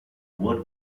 word